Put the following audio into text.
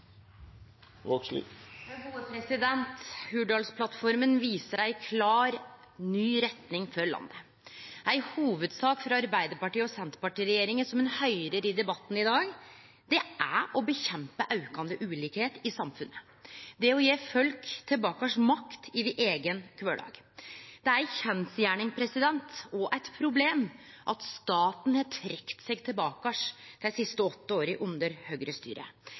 Hurdalsplattforma viser ei klar, ny retning for landet. Ei hovudsak for Arbeidarparti–Senterparti-regjeringa som ein høyrer i debatten i dag, er å nedkjempe aukande ulikskap i samfunnet – det å gje folk tilbake att makt over eigen kvardag. Det er ei kjensgjerning og eit problem at staten har trekt seg tilbake dei siste åtte åra under